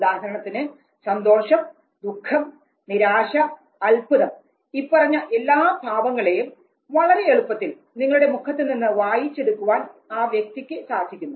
ഉദാഹരണത്തിന് സന്തോഷം ദുഃഖം നിരാശ അത്ഭുതം ഇപ്പറഞ്ഞ എല്ലാ ഭാവങ്ങളെയും വളരെ എളുപ്പത്തിൽ നിങ്ങളുടെ മുഖത്തുനിന്ന് വായിച്ചെടുക്കുവാൻ ആ വ്യക്തിക്ക് സാധിക്കുന്നു